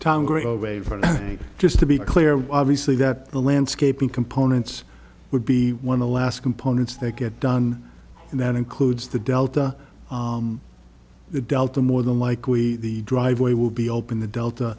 come green time great always just to be clear obviously that the landscaping components would be one of the last components that get done and that includes the delta delta more than likely the driveway will be open the delta